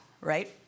right